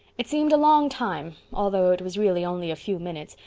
it seemed a long time, although it was really only a few minutes,